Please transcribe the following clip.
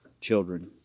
children